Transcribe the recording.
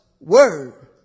word